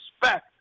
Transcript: respect